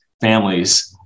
families